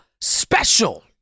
special